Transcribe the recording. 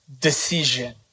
decision